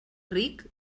ric